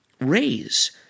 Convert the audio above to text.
raise